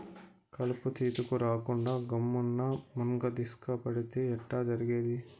కలుపు తీతకు రాకుండా గమ్మున్న మున్గదీస్క పండితే ఎట్టా జరిగేది